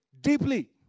deeply